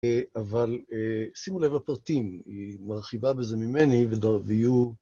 אבל שימו לב לפרטים, היא מרחיבה בזה ממני ויהיו...